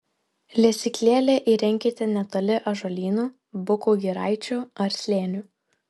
lesyklėlę įrenkite netoli ąžuolynų bukų giraičių ar slėnių